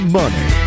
money